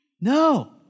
No